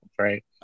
Right